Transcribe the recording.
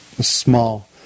small